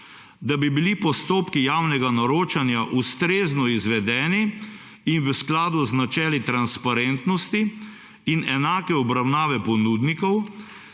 da bi bili postopki javnega naročanja ustrezno izvedeni in v skladu z načeli transparentnosti in enake obravnave ponudnikov,